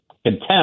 Contempt